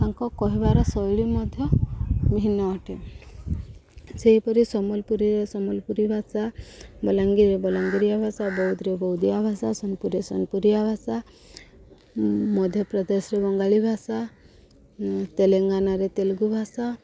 ତାଙ୍କ କହିବାର ଶୈଳୀ ମଧ୍ୟ ଭିନ୍ନ ଅଟେ ସେହିପରି ସମ୍ବଲପୁରରେ ସମ୍ବଲପୁରୀ ଭାଷା ବଲାଙ୍ଗୀରିରେ ବଲାଙ୍ଗୀରିଆ ଭାଷା ବୌଦ୍ଧରେ ବୌଦ୍ଧଆ ଭାଷା ସୋନପୁର ସୋନପୁରିଆ ଭାଷା ମଧ୍ୟପ୍ରଦେଶରେ ବଙ୍ଗାଳୀ ଭାଷା ତେଲେଙ୍ଗାନାରେ ତେଲୁଗୁ ଭାଷା